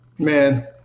Man